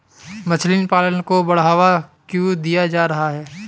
मछली पालन को बढ़ावा क्यों दिया जा रहा है?